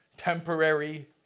temporary